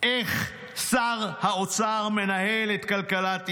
איך שר האוצר מנהל את כלכלת ישראל?